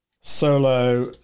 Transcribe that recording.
solo